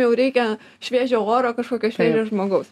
jau reikia šviežio oro kažkokio šviežio žmogaus